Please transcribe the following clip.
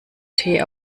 tee